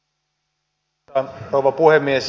arvoisa rouva puhemies